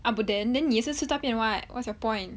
abuden then 你也是吃大便 [what] what's your point